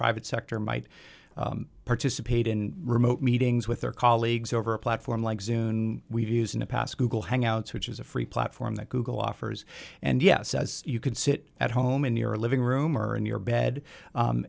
private sector might participate in remote meetings with their colleagues over a platform like zune we've used in the past google hangouts which is a free platform that google offers and yet says you can sit at home in your living room or in your bed